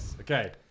Okay